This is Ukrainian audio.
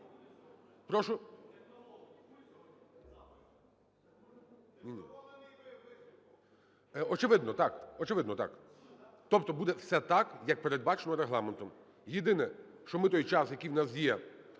так. Очевидно, так. Тобто буде все так, як передбачено Регламентом. Єдине, що ми той час, який в нас є